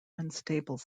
unstable